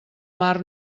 mar